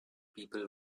people